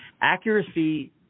Accuracy